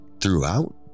throughout